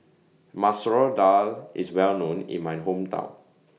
Masoor Dal IS Well known in My Hometown